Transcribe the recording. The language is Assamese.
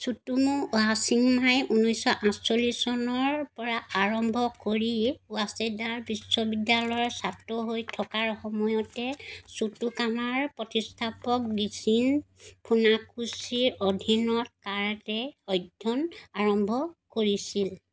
ছুটোমু ওহশ্বিমাই ঊনৈছশ আঠচল্লিচ চনৰ পৰা আৰম্ভ কৰি ৱাচেডা বিশ্ববিদ্যালয়ৰ ছাত্ৰ হৈ থকাৰ সময়তে শ্বোটোকানৰ প্ৰতিষ্ঠাপক গিচিন ফুনাকোছিৰ অধীনত কাৰাটে অধ্যয়ন আৰম্ভ কৰিছিল